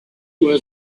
was